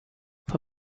fue